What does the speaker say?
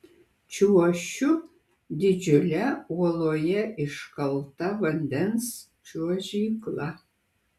čiuošiu didžiule uoloje iškalta vandens čiuožykla